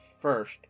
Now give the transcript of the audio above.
First